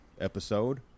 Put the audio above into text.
episode